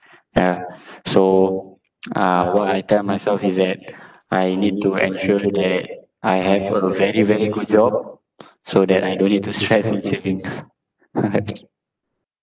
ya so uh what I tell myself is that I need to ensure that I have a very very good job so that I don't need to stress on savings